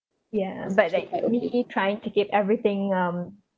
ya but like me trying to get everything um